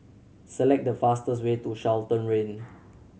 select the fastest way to Charlton Rane